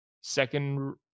second –